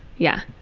yeah.